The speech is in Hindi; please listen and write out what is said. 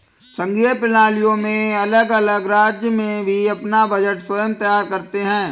संघीय प्रणालियों में अलग अलग राज्य भी अपना बजट स्वयं तैयार करते हैं